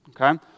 okay